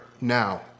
now